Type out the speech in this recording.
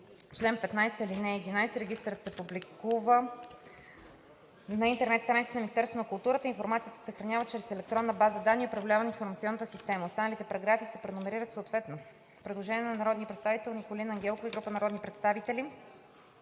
чл. 15, ал. 11. Регистърът се публикува на интернет страницата на Министерството на културата, а информацията се съхранява чрез електронна база данни, управлявана от информационна система.“ Останалите параграфи се преномерират съответно. Предложение на народния представител Николина Ангелкова и група народни представители.